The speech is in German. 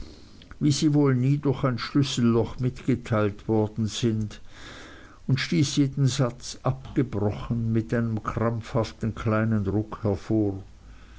wie sie wohl nie durch ein schlüsselloch mitgeteilt worden sind und stieß jeden satz abgebrochen mit einem krampfhaften kleinen ruck hervor